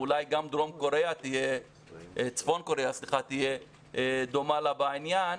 אולי גם צפון קוריאה תהיה דומה לה בעניין,